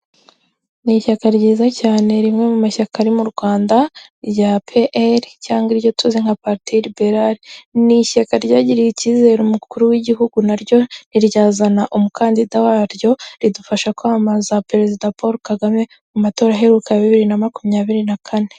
Ni ishyaka ryiza cyane rimwe mu mashyaka ari mu rwanda, rya pr cyangwa iryo tuze nka barteir berad ni ishyaka ryagiriye icyizere umukuru w'igihugu naryo ntiryazana umukandida waryo ,ridufasha kwamamaza perezida paul kagame mu matora aheruka bibiri na makumyabiri na kane.